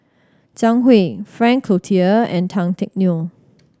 Zhang Hui Frank Cloutier and Tan Teck Neo